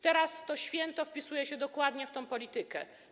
Teraz to święto wpisuje się dokładnie w tę politykę.